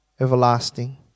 everlasting